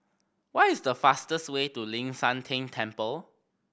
what is the fastest way to Ling San Teng Temple